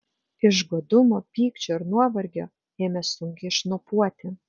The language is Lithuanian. iš godumo pykčio ir nuovargio ėmė sunkiai šnopuoti